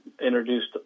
introduced